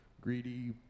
greedy